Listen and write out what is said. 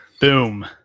Boom